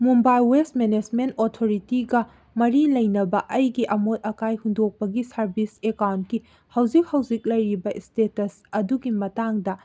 Mumbai waste management ꯑꯣꯊꯣꯔꯤꯇꯤꯒ ꯃꯔꯤ ꯂꯩꯅꯕ ꯑꯩꯒꯤ ꯑꯃꯣꯠ ꯑꯀꯥꯏ ꯍꯨꯟꯗꯣꯛꯄꯒꯤ ꯁꯥꯔꯕꯤꯁ ꯑꯦꯀꯥꯎꯟꯀꯤ ꯍꯧꯖꯤꯛ ꯍꯧꯖꯤꯛ ꯂꯩꯔꯤꯕ ꯏꯁꯇꯦꯇꯁ ꯑꯗꯨꯒꯤ ꯃꯇꯥꯡꯗ